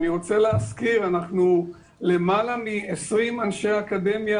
אני רוצה להזכיר שאנחנו למעלה מ-20 אנשי אקדמיה